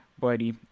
buddy